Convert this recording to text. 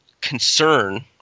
concern